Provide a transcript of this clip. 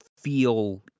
feel